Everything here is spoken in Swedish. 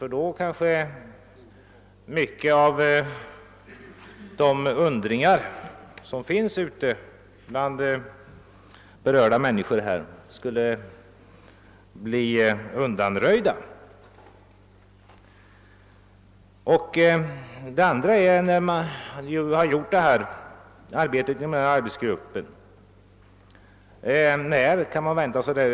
Många av de funderingar som förekommer bland berörda människor skulle i så fall kanske bli undanröjda. Min andra fråga är: När kan man vänta sig resultatet av arbetsgruppens arbete?